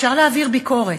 אפשר להעביר ביקורת,